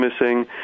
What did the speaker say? missing